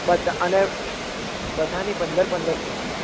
બધા અને બધાની પંદર પંદર જોઈએ છે